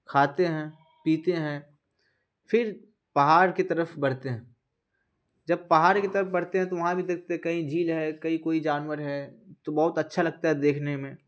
کھاتے ہیں پیتے ہیں پھر پہاڑ کی طرف بڑھتے ہیں جب پہاڑ کی طرف بڑھتے ہیں تو وہاں بھی دیکھتے ہیں کہیں جھیل ہے کہیں کوئی جانور ہے تو بہت اچھا لگتا ہے دیکھنے میں